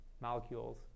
molecules